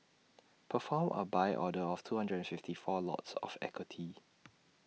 perform A buy order of two hundred and fifty four lots of equity